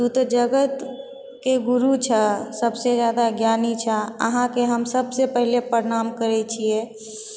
तू तऽ जगतके गुरु छह सबसँ जादा ज्ञानी छह अहाँके हम सबसँ पहिले प्रणाम करै छियै